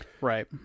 Right